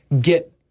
get